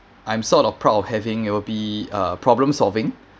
I'm sort of proud of having it will be uh problem solving